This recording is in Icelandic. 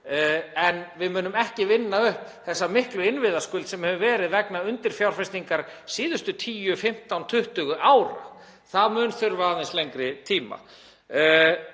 en við munum ekki vinna upp þessa miklu innviðaskuld sem hefur verið vegna undirfjárfestingar síðustu 10, 15, 20 ára. Þar munum við þurfa aðeins lengri tíma.